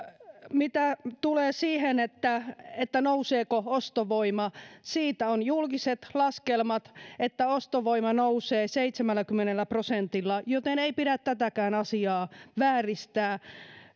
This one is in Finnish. mitä tulee siihen nouseeko ostovoima niin siitä on julkiset laskelmat että ostovoima nousee seitsemälläkymmenellä prosentilla joten ei pidä tätäkään asiaa vääristää